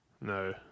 No